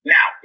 Now